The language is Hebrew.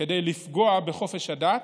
כדי לפגוע בחופש הדת.